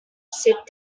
sit